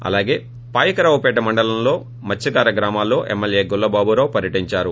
అలాగే పాయకరావుపేట మండలంలోని మత్స్కకార గ్రామాల్లో ఎమ్మెల్యే గొల్ల బాబురావు పర్యటించారు